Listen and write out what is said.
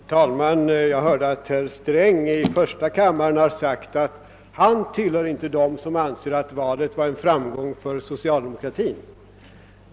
Herr talman! Jag har hört att herr Sträng i första kammaren sagt att han inte är en av dem som anser att valet var en framgång för socialdemokratin.